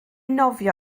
nofio